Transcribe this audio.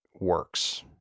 works